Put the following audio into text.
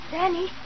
Danny